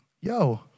yo